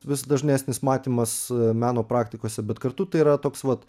vis dažnesnis matymas meno praktikose bet kartu tai yra toks vat